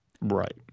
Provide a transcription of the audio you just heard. right